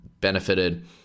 benefited